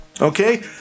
Okay